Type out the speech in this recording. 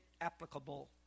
applicable